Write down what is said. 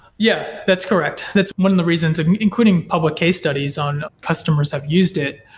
yeah, that's correct. that's one of the reasons, and including public case studies on customers have used it.